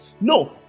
No